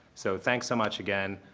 so thanks so much again.